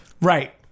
Right